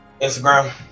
Instagram